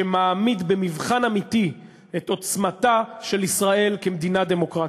שמעמיד במבחן אמיתי את עוצמתה של ישראל כמדינה דמוקרטית.